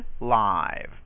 live